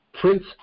Prince